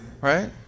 right